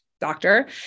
doctor